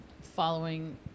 following